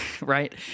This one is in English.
right